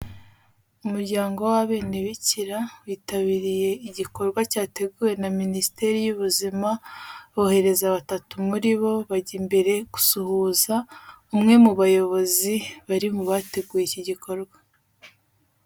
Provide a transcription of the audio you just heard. Umuryango w'abenebikira witabiriye igikorwa cyateguwe na minisiteri y'ubuzima, bohereza batatu muri bo bajya imbere gusuhuza umwe mu bayobozi bari mu bateguye iki gikorwa.